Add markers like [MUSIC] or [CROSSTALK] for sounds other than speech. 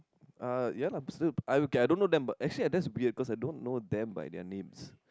uh ya lah [NOISE] I okay I don't know them but actually that's weird cause I don't know them by their names